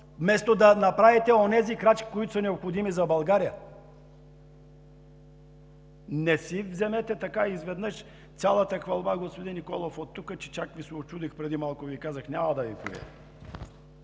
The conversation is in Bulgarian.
вместо да направите онези крачки, необходими за България! Не си взимайте така изведнъж цялата хвалба, господин Николов, че чак Ви се учудих преди малко и Ви казах, че няма да Ви плюя!